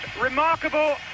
remarkable